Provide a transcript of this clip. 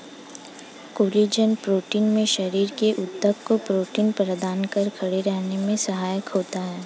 collagen protein शरीर के ऊतक को प्रोटीन प्रदान कर खड़े रहने में सहायक होता है